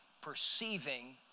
perceiving